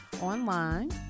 online